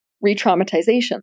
re-traumatization